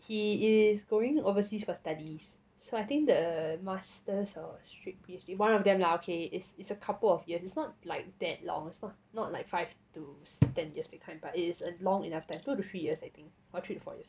he is going overseas for studies so I think the masters or straight P_H_D one of them lah okay it's it's a couple of years it's not like that long it's not like five to ten years that kind but it is a long enough time two to three years I think or three to four years